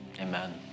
Amen